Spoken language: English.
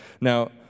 Now